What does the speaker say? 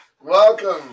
Welcome